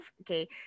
okay